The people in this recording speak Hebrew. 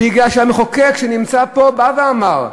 מפני שהמחוקק שנמצא פה בא ואמר,